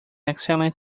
excellent